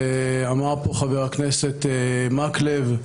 אמר פה חבר הכנסת מקלב,